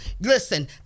Listen